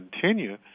continue